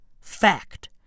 Fact